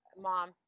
Mom